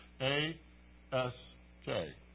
A-S-K